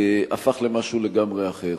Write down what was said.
הפך למשהו לגמרי אחר.